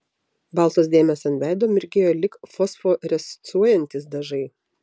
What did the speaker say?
baltos dėmės ant veido mirgėjo lyg fosforescuojantys dažai